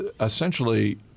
essentially